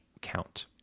count